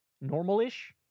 normal-ish